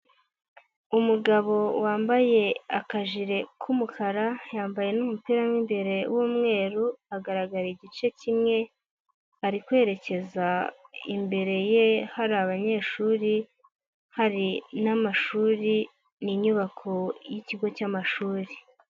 Umugabo wambaye akajire k'umukara, yambaye n'umupira mo imbere w'umweru, agaragara igice kimwe, ari kwerekeza imbere ye hari abanyeshuri, hari n'amashuri, ni inyubako y'ikigo cy'amashuri.